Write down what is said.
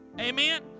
Amen